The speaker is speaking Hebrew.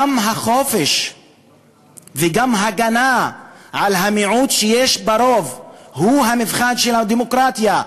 גם החופש וגם הגנה על המיעוט שיש ברוב הם המבחן של הדמוקרטיה.